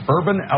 Urban